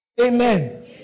Amen